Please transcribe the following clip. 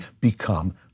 become